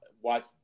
watch